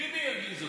ביבי הרגיז אותי.